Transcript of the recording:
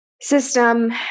system